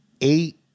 eight